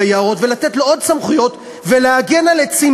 היערות ולתת לו עוד סמכויות להגן על עצים,